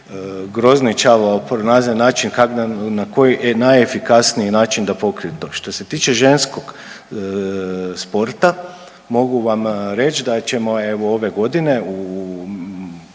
grozničavo pronalaze način kak da na koji najefikasniji način da pokriju to. Što se tiče ženskog sporta, mogu vam reć da ćemo evo ove godine u